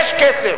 יש כסף.